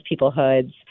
peoplehoods